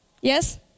Yes